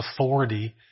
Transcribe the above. authority